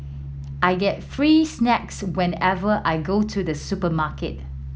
I get free snacks whenever I go to the supermarket